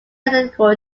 identical